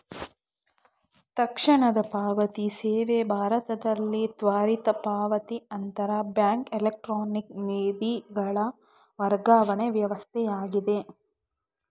ತಕ್ಷಣದ ಪಾವತಿ ಸೇವೆ ಭಾರತದಲ್ಲಿ ತ್ವರಿತ ಪಾವತಿ ಅಂತರ ಬ್ಯಾಂಕ್ ಎಲೆಕ್ಟ್ರಾನಿಕ್ ನಿಧಿಗಳ ವರ್ಗಾವಣೆ ವ್ಯವಸ್ಥೆಯಾಗಿದೆ